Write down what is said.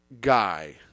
guy